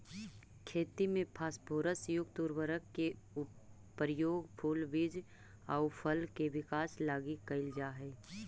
खेती में फास्फोरस युक्त उर्वरक के प्रयोग फूल, बीज आउ फल के विकास लगी कैल जा हइ